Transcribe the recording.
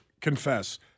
confess